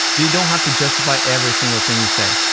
you don't have to justify every single thing you say,